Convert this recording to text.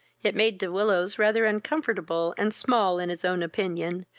it made de willows rather uncomfortable and small in his own opinion,